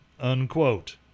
unquote